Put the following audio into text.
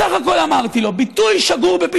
בסך הכול אמרתי לו ביטוי ששגור בפי,